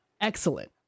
excellent